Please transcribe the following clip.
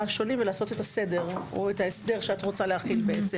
השונים ולעשות את הסדר או את ההסדר שאת רוצה להחיל.